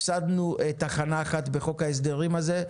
הפסדנו תחנה אחת בחוק ההסדרים הזה,